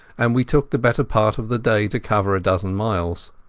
and we took the better part of the day to cover a dozen miles.